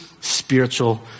spiritual